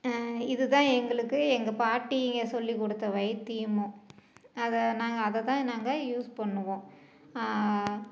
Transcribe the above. இது தான் எங்களுக்கு எங்கள் பாட்டிங்க சொல்லிக் கொடுத்த வைத்தியமும் அதை நாங்கள் அதை தான் நாங்க யூஸ் பண்ணுவோம்